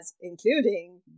including